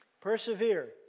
Persevere